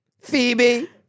Phoebe